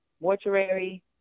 mortuary